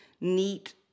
neat